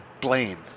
blame